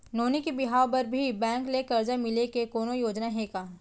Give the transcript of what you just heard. नोनी के बिहाव बर भी बैंक ले करजा मिले के कोनो योजना हे का?